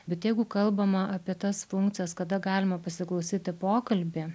bet jeigu kalbama apie tas funkcijas kada galima pasiklausyti pokalbį